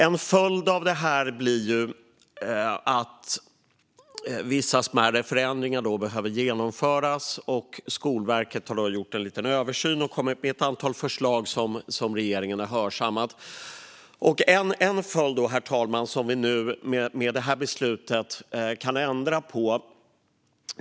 En följd av detta blir att vissa smärre förändringar behöver genomföras. Skolverket har då gjort en liten översyn och kommit med ett antal förslag som regeringen har hörsammat. Det finns en sak som vi i och med detta beslut kan ändra på.